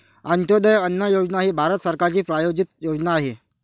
अंत्योदय अन्न योजना ही भारत सरकारची प्रायोजित योजना आहे